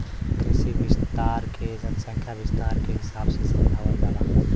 कृषि विस्तार के जनसंख्या विस्तार के हिसाब से समझावल जाला